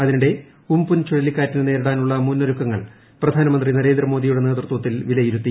അതിനിടെ ഉം പുൻ ചുഴലിക്കാറ്റിനെ നേരിടാനുള്ള മുന്നൊരുക്കങ്ങൾ പ്രധാനമന്ത്രി നരേന്ദ്രമോദി വിലയിരുത്തി